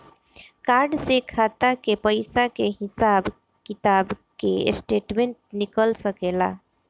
Card से खाता के पइसा के हिसाब किताब के स्टेटमेंट निकल सकेलऽ?